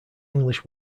english